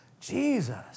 Jesus